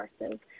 resources